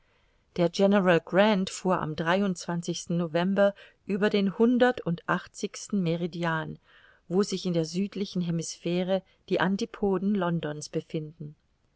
der general grant fuhr am november über den hundertundachtzigsten meridian wo sich in der südlichen hemisphäre die antipoden londons befinden